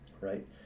right